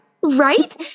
Right